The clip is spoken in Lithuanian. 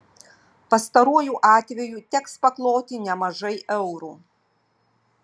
pastaruoju atveju teks pakloti nemažai eurų